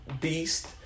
beast